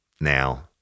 now